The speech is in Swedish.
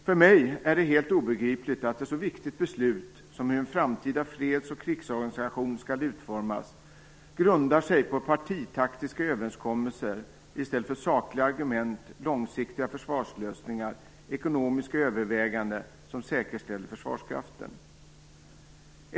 För mig är det helt obegripligt att ett så viktigt beslut som hur en framtida freds och krigsorganisation skall utformas grundar sig på partitaktiska överenskommelser i stället för sakliga argument, långsiktiga försvarslösningar och ekonomiska överväganden som säkerställer försvarskraften.